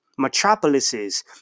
metropolises